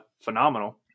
phenomenal